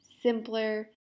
simpler